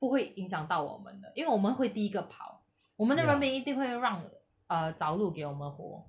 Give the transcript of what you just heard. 不会影响到我们的因为我们会第一个跑我们的人民一定会让 uh 找路给我们活